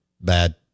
bad